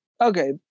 okay